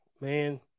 Man